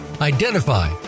identify